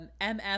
MF